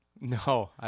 No